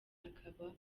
hakaba